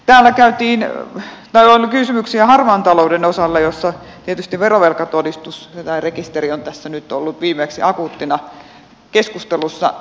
täällä oli kysymyksiä harmaan talouden osalta jossa tietysti verovelkatodistus tai rekisteri on tässä nyt ollut viimeksi akuuttina keskustelussa